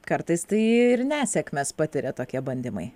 kartais tai ir nesėkmes patiria tokie bandymai